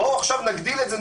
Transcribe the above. בואו עכשיו נגדיל את זה,